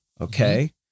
Okay